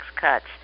cuts